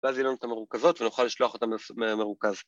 ‫ואז יהיו לנו את המרוכזות ‫ונוכל לשלוח אותן מרוכז.